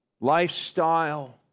lifestyle